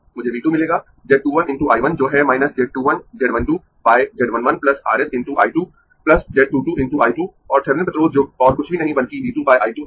मुझे V 2 मिलेगा Z 2 1 × I 1 जो है Z 2 1 Z 1 2 by Z 1 1 R s × I 2 Z 2 2 × I 2 और थेविनिन प्रतिरोध जो और कुछ भी नहीं बल्कि V 2 बाय I 2 है